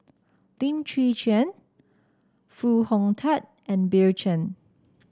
Lim Chwee Chian Foo Hong Tatt and Bill Chen